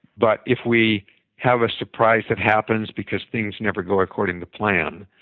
but if we have a surprise that happens because things never go according to plan,